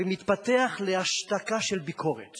ומתפתח להשתקה של ביקורת